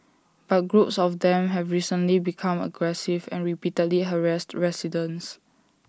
but groups of them have recently become aggressive and repeatedly harassed residents